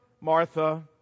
Martha